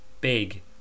Big